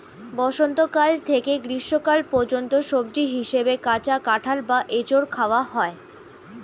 বসন্তকাল থেকে গ্রীষ্মকাল পর্যন্ত সবজি হিসাবে কাঁচা কাঁঠাল বা এঁচোড় খাওয়া হয়